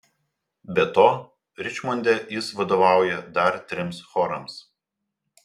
be to ričmonde jis vadovauja dar trims chorams